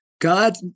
God